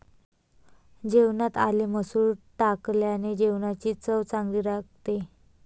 जेवणात आले मसूर टाकल्याने जेवणाची चव चांगली लागते